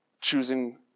choosing